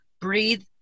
Breathe